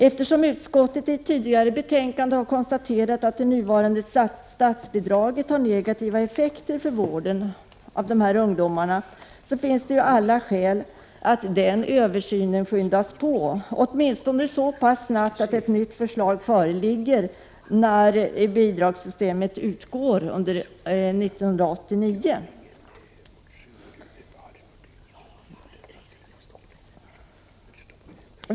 Eftersom utskottet i ett tidigare betänkande konstaterat att det nuvarande statsbidraget har negativa effekter för vården av dessa ungdomar, finns det alla skäl att den översynen skyndas på, åtminstone så pass att ett nytt förslag föreligger när bidragssystemet utgår under 1989.